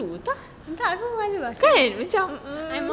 entah aku malu lah macam I'm okay